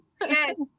yes